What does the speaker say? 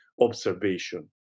observation